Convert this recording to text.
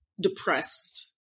depressed